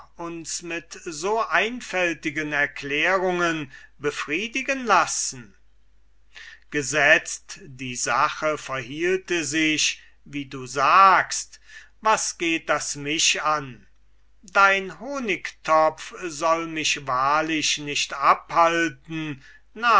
uns mit so einfältigen erklärungen befriedigen lassen gesetzt die sache verhielte sich wie du sagst was geht das mich an dein honigtopf soll mich wahrlich nicht abhalten